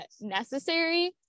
necessary